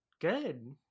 Good